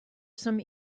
some